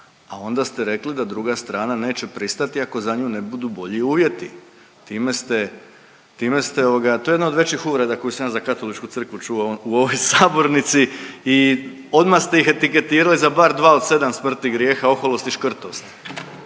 a onda ste rekli da druga strana neće pristati ako za nju ne budu bolji uvjeti. Time ste, time ste ovoga to je jedna od većih uvreda koju sam ja za Katoličku crkvu čuo u ovoj sabornici i odmah ste ih etiketirali za bar dva od sedam smrtnih grijeha, oholost i škrtost.